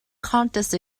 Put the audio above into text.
contest